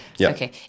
Okay